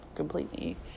completely